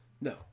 No